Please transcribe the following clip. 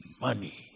money